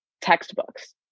textbooks